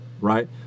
right